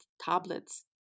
tablets